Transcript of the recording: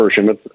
version